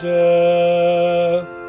death